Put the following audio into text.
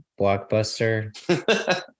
blockbuster